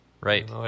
right